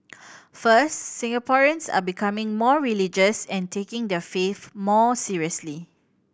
first Singaporeans are becoming more religious and taking their faith more seriously